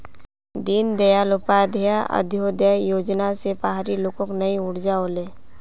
दीनदयाल उपाध्याय अंत्योदय योजना स पहाड़ी लोगक नई ऊर्जा ओले